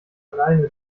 alleine